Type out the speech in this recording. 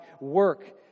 Work